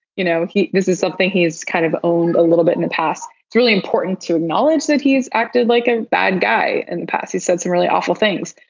you know this is something he has kind of own a little bit in the past. it's really important to acknowledge that he is acting like a bad guy. in the past he said some really awful things.